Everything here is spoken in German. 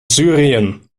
syrien